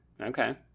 okay